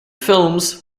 films